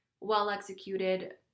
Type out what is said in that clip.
well-executed